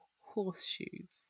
Horseshoes